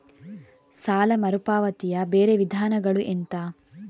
ಸಾಲ ಮರುಪಾವತಿಯ ಬೇರೆ ವಿಧಾನಗಳು ಎಂತ?